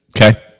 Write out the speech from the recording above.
Okay